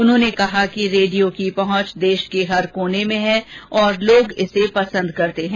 उन्होंने कहा कि रेडियो की पहंच देश के हर कोने में है और लोग इसे पसंद करते हैं